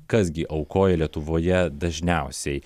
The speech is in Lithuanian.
kas gi aukoja lietuvoje dažniausiai